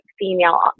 female